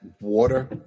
water